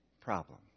problem